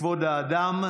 כבוד האדם,